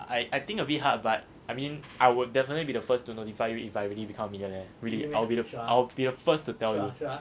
I I think a bit hard but I mean I would definitely be the first to notify you if I really become millionaire really I'll be I'll be the first to tell you